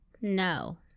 No